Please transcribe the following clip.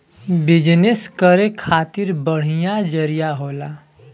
business करे खातिर बढ़िया जरिया होला